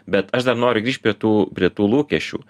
bet aš dar noriu tų prie tų lūkesčių